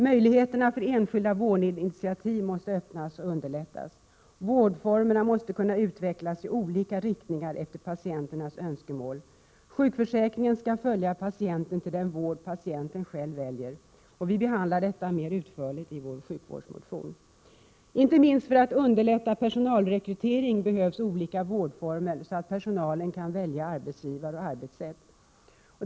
Möjligheterna för enskilda vårdinitiativ bör öppnas och underlättas. Vårdformerna bör kunna utvecklas i olika riktningar efter patienternas önskemål. Sjukförsäkringen skall följa patienten till den vård patienten själv väljer. I vår sjukvårdsmotion behandlas detta mer utförligt. Inte minst för att underlätta personalrekrytering behövs olika vårdformer för att personalen skall kunna välja arbetsgivare och arbetssätt.